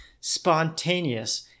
spontaneous